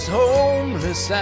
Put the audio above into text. homeless